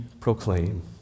proclaim